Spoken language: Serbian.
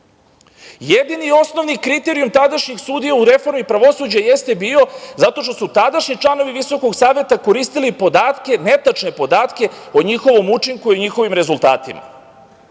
odluke. Jedini osnovni kriterijum tadašnjih sudija u reformi pravosuđa jeste bio zato što su tadašnji članovi Visokog saveta koristili podatke, netačne podatke o njihovom učinku i njihovim rezultatima.